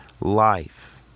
life